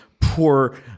poor